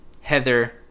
heather